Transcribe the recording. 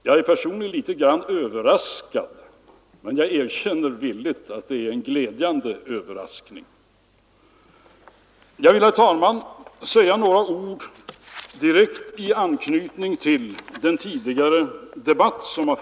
Jag är personligen litet grand överraskad, men jag erkänner villigt att det är en glädjande överraskning. Herr talman! Jag vill sedan säga några ord direkt i anslutning till den tidigare debatten i dag.